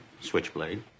switchblade